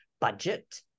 budget